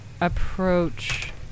approach